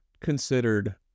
considered